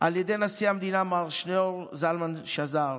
על ידי נשיא המדינה מר שניאור זלמן שזר: